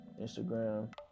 Instagram